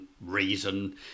reason